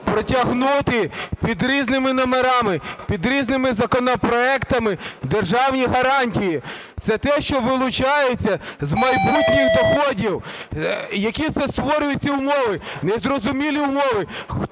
протягнути під різними номерами, під різними законопроектами державні гарантії. Це те, що вилучається з майбутніх доходів. Які це створюються умови? Незрозумілі умови.